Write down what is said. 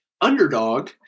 underdog